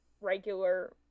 regular